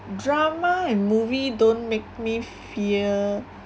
drama and movie don't make me fear